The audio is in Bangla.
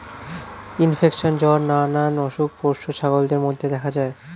ইনফেকশন, জ্বর নানা অসুখ পোষ্য ছাগলদের মধ্যে দেখা যায়